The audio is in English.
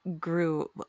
grew